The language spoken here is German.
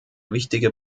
wichtige